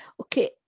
okay